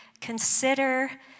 consider